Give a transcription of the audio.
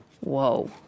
Whoa